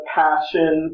passion